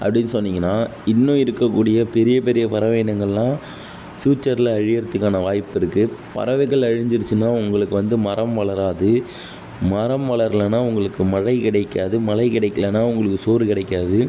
அப்படின் சொன்னிங்கனால் இன்னும் இருக்கக்கூடிய பெரிய பெரிய பறவை இனங்கள்லாம் ஃப்யூச்சரில் அழிகிறத்துக்கான வாய்ப்பிருக்குது பறவைகள் அழிஞ்சிருச்சினால் உங்களுக்கு வந்து மரம் வளராது மரம் வளரலனா உங்களுக்கு மழை கிடைக்காது மழை கிடைக்கலனா உங்களுக்கு சோறு கிடைக்காது